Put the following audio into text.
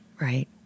Right